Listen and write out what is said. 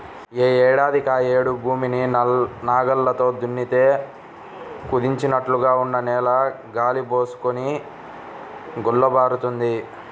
యే ఏడాదికాయేడు భూమిని నాగల్లతో దున్నితే కుదించినట్లుగా ఉన్న నేల గాలి బోసుకొని గుల్లబారుతుంది